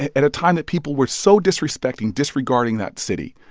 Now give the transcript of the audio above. at a time that people were so disrespecting, disregarding that city.